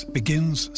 begins